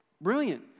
brilliant